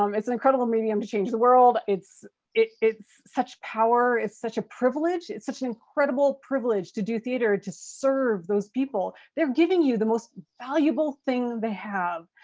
um it's an incredible medium to change the world. it's it's such power. it's such a privilege. it's such an incredible privilege to do theater, to serve those people. they're giving you the most valuable thing they have.